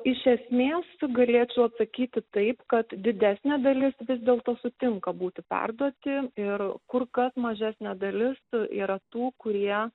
iš esmės galėčiau atsakyti taip kad didesnė dalis vis dėlto sutinka būti perduoti ir kur kas mažesnė dalis yra tų kurie